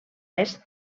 est